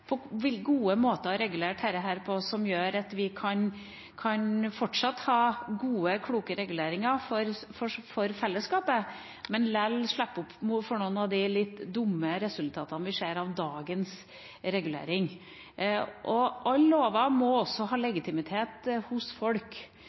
gode måter å regulere dette på som gjør at vi fortsatt kan ha gode, kloke reguleringer for fellesskapet, men likevel slippe noen av de litt dumme resultatene vi ser av dagens regulering. Alle lover må også ha